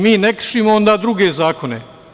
Mi ne kršimo onda druge zakone.